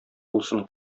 булсын